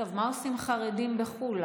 אגב, מה עושים חרדים בחו"ל?